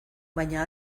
baina